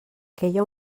queia